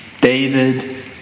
David